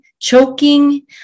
choking